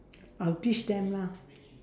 I'll teach them lah